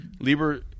Lieber